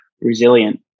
resilient